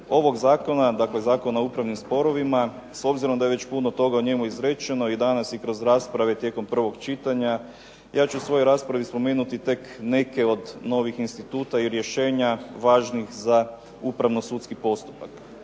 ovog zakona, dakle Zakona o upravnim sporovima, s obzirom da je već puno toga o njemu izrečeno i danas i kroz rasprave tijekom prvog čitanja, ja ću u svojoj raspravi spomenuti tek neke od novih instituta i rješenja važnih za upravnosudski postupak.